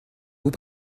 vous